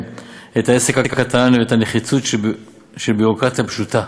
את העסק הקטן ואת הנחיצות של ביורוקרטיה פשוטה,